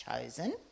chosen